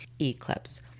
eclipse